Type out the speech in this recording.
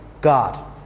God